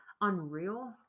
Unreal